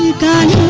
gun,